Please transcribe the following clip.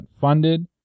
funded